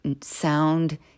Sound